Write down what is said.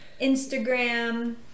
Instagram